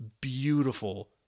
beautiful